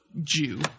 Jew